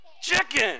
Chicken